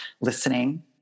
listening